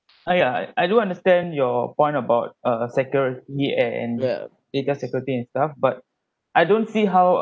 I I do understand your point about uh security and the data security and stuff but I don't see how